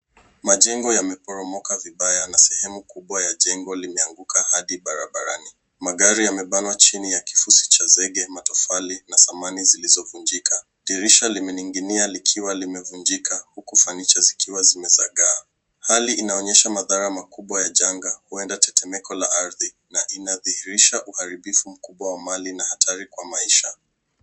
Majengo yameporomoka vibaya na sehemu kubwa ya jengo limeanguka hadi barabarani. Magari yamebanwa chini ya kifusi cha zege, matofali na thamani zilizovunjika. Dirisha limening'inia likiwa limevunjika, huku fanicha zikiwa zimezagaa. Hali inaonyesha madhara makubwa ya janga, huenda tetemeko la ardhi na inadhihirisha uharibifu mkubwa wa mali na hatari kwa maisha.